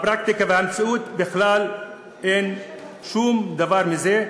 בפרקטיקה ובמציאות בכלל אין שום דבר מזה,